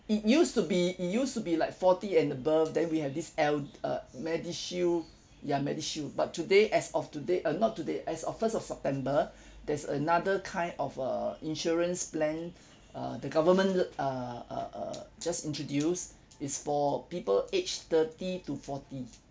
it used to be it used to be it like forty and above then we have this el~ uh MediShield ya MediShield but today as of today uh not today as of first of september there's another kind of uh insurance plan uh the government uh uh uh just introduce is for people aged thirty to forty